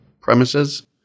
premises